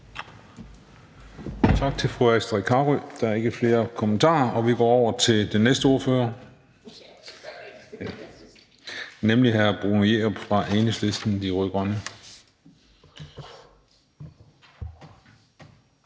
Tak til fru Astrid Carøe. Der er ikke flere kommentarer. Vi går over til den næste ordfører, nemlig hr. Bruno Jerup fra Enhedslisten – De Rød-Grønne.